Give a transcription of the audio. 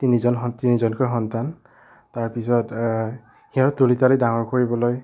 তিনিজন তিনিজনকৈ সন্তান তাৰ পিছত সিহঁতক তুলি তালি ডাঙৰ কৰিবলৈ